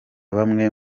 bamwe